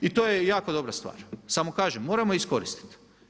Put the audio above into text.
I to je jako dobra stvar, samo kažem, moramo iskoristiti.